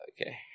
Okay